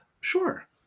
Sure